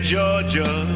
Georgia